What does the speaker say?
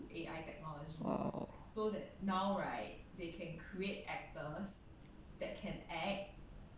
!wow!